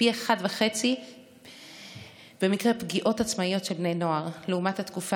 ופי 1.5 במקרה פגיעות עצמאיות של בני נוער לעומת התקופה